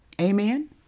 Amen